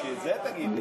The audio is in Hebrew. בשביל זה, תגידי.